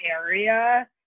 area